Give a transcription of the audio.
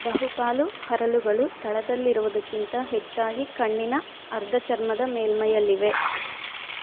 ಬಹುಪಾಲು ಹರಳುಗಳು ತಳದಲ್ಲಿರುವುದಕ್ಕಿಂತ ಹೆಚ್ಚಾಗಿ ಕಣ್ಣಿನ ಅರ್ಧ ಚರ್ಮದ ಮೇಲ್ಮೈಯಲ್ಲಿವೆ